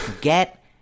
Get